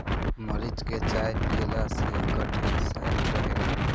मरीच के चाय पियला से गटई साफ़ रहेला